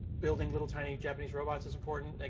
building little tiny japanese robots is important. like,